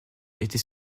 était